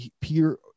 Peter